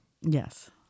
Yes